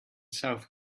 south